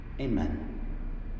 Amen